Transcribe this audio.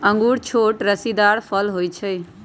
इंगूर छोट रसीदार फल होइ छइ